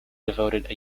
devoted